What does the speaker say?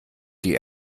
die